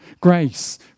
grace